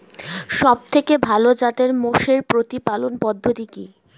সবথেকে ভালো জাতের মোষের প্রতিপালন পদ্ধতি কি?